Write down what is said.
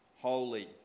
holy